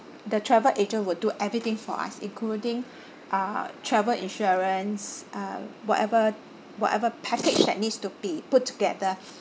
the travel agent will do everything for us including uh travel insurance uh whatever whatever package that needs to be put together